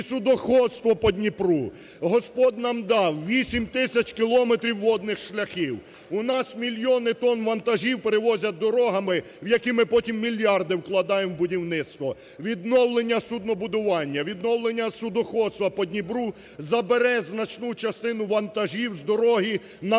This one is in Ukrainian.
судоходство по Дніпру. Господь нам дав 8 тисяч кілометрів водних шляхів. У нас мільйони тонн вантажів перевозять дорогами, в які ми потім мільярди вкладаємо у будівництво. Відновлення суднобудування, відновлення судоходства по Дніпру забере значну частину вантажів з дороги на